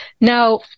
Now